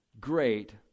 great